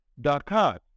Dakar